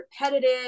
repetitive